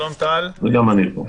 גם אני.